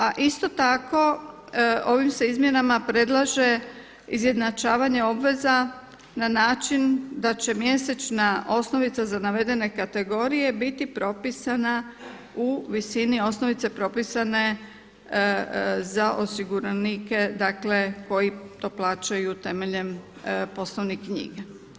A isto tako ovim se izmjenama predlaže izjednačavanje obveza na način da će mjesečna osnovica za navedene kategorije biti propisana u visini osnovice propisane za osiguranike, dakle koji to plaćaju temeljem poslovne knjige.